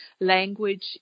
language